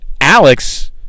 Alex